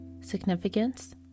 significance